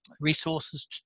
resources